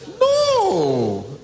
No